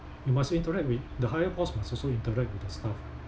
you must interact with the higher boss must also interact with the staff